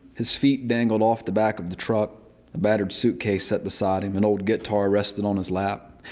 his feet dangled off the back of the truck. a battered suitcase sat beside him. an old guitar rested on his lap.